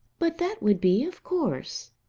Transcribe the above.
but that would be of course.